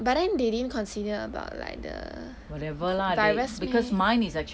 but then they didn't consider about like the virus meh